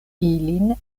ilin